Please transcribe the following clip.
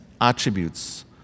attributes